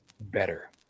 better